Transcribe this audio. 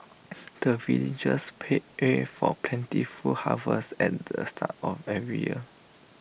the villagers pray for plentiful harvest at the start of every year